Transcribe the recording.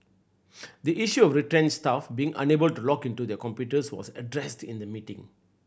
the issue of retrenched staff being unable to log into their computers was addressed in the meeting